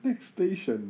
next station